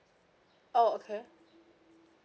oh okay